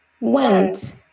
went